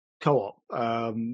co-op